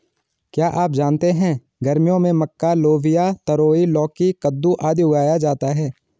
क्या आप जानते है गर्मियों में मक्का, लोबिया, तरोई, लौकी, कद्दू, आदि उगाया जाता है?